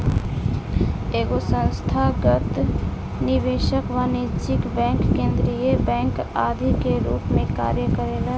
एगो संस्थागत निवेशक वाणिज्यिक बैंक केंद्रीय बैंक आदि के रूप में कार्य करेला